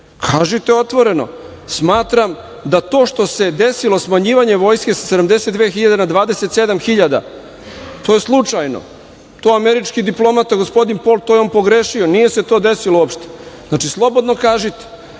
kažite otvoreno, smatram da to što se desilo smanjivanje vojske sa 72 hiljade na 27 hiljada, to je slučajno, to je američki diplomata, gospodin Pol, to je on pogrešio, nije se to desilo uopšte, znači slobodno kažite,